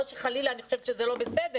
לא שחלילה אני חושבת שזה לא בסדר,